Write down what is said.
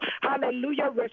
Hallelujah